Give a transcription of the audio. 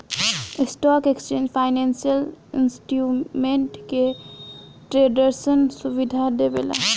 stock exchange financial instrument के ट्रेडरसन सुविधा देवेला